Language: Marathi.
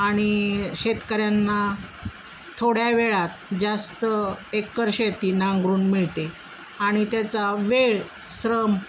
आणि शेतकऱ्यांना थोड्या वेळात जास्त एकर शेती नांगरून मिळते आणि त्याचा वेळ श्रम